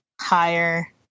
higher